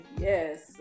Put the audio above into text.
Yes